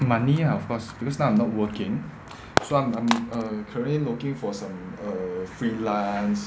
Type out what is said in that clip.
money ah of course because now I'm not working so I'm I'm err currently looking for some err freelance